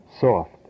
soft